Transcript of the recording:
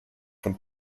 von